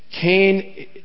Cain